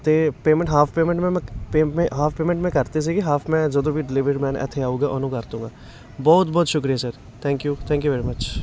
ਅਤੇ payment half payment ਮੈਂ half payment ਮੈਂ ਕਰਤੀ ਸੀਗੀ ਹਾਫ ਮੈਂ ਜਦੋਂ ਵੀ ਡਿਲੀਵਰੀ ਮੈਨ ਇੱਥੇ ਆਊਗਾ ਉਹਨੂੰ ਕਰ ਦੂੰਗਾ ਬਹੁਤ ਬਹੁਤ ਸ਼ੁਕਰੀਆਂ sir thank you thank you very much